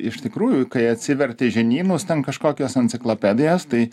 iš tikrųjų kai atsiverti žinynus ten kažkokius enciklopedijas tai